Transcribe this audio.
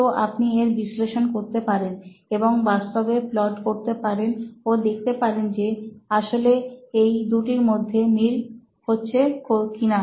তো আপনি এর বিশ্লেষণ করতে পারেন এবং বাস্তবে প্লট করতে পারেন ও দেখতে পারেন যে আসলে এই দুটির মধ্যে মেল হচ্ছে কিনা